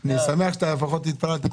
אני שמח שאתה לפחות התפללת.